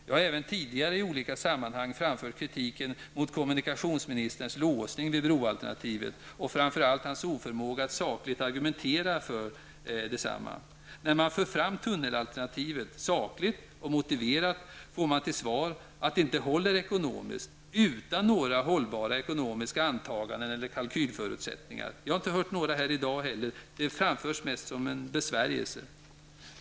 Jag har även tidigare i olika sammanhang framfört kritiken mot kommunikationsministerns låsning vid broalternativet och framför allt hans oförmåga att sakligt argumentera för detsamma. När man för fram tunnelalternativet sakligt och motiverat får man, utan några hållbara ekonomiska antaganden eller kalkylförutsättningar, svaret att det inte ekonomiskt håller. Jag har inte heller i dag hört några sådana. Det framförs mest som en besvärjelse.